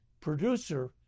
producer